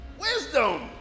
Wisdom